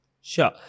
Sure